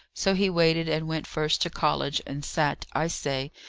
so he waited and went first to college, and sat, i say,